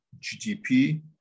GDP